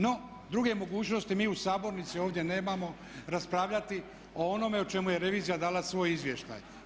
No, druge mogućnosti mi u sabornici ovdje nemamo, raspravljati o onome o čemu je revizija dala svoj izvještaj.